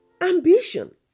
ambition